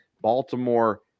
Baltimore